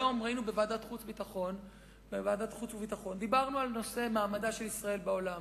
היום בוועדת החוץ והביטחון דיברנו על נושא מעמדה של ישראל בעולם,